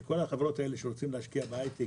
כל החברות האלה שרוצות להשקיע בהייטק